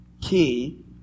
key